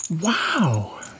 wow